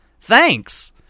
Thanks